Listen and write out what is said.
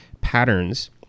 patterns